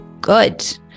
good